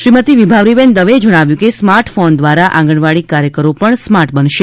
શ્રીમતી વિભાવરીબેન દવેએ જણાવ્યું કે સ્માર્ટ ફોન દ્વારા આંગણવાડી કાર્યકરો પણ સ્માર્ટ બનશે